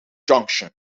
junction